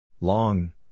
Long